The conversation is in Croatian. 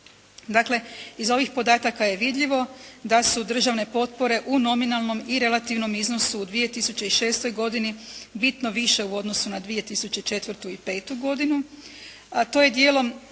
Dakle, iz ovih podataka je vidljivo da su državne potpore u nominalnom i relativnom iznosu u 2006. godini bitno više u odnosu na 2004. i 2005. godinu. To je djelom